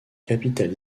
capitale